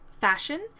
fashion